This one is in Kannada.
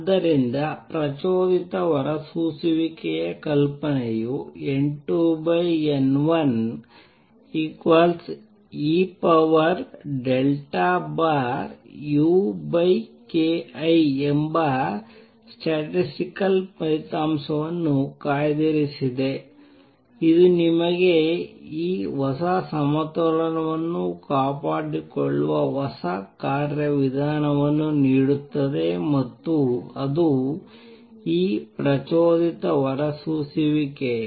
ಆದ್ದರಿಂದ ಪ್ರಚೋದಿತ ಹೊರಸೂಸುವಿಕೆಯ ಕಲ್ಪನೆಯು N2 N1 e ukTಎಂಬ ಸ್ಟ್ಯಾಟಿಸ್ಟಿಕಲ್ ಫಲಿತಾಂಶವನ್ನು ಕಾಯ್ದಿರಿಸಿದೆ ಇದು ನಿಮಗೆ ಈ ಹೊಸ ಸಮತೋಲನವನ್ನು ಕಾಪಾಡಿಕೊಳ್ಳುವ ಹೊಸ ಕಾರ್ಯವಿಧಾನವನ್ನು ನೀಡುತ್ತದೆ ಮತ್ತು ಅದು ಈ ಪ್ರಚೋದಿತ ಹೊರಸೂಸುವಿಕೆ